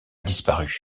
disparu